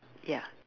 ya